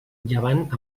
llevant